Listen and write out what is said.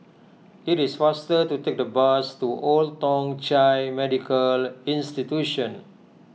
it is faster to take the bus to Old Thong Chai Medical Institution